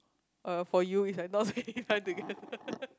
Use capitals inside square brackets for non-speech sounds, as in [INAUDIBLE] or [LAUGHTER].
uh for you it's like not [LAUGHS] spending time together